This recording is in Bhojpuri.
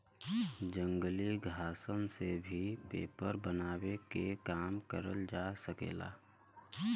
जंगली घासन से भी पेपर बनावे के काम करल जा सकेला